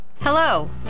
Hello